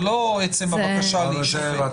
זה לא עצם הבקשה להישפט.